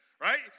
right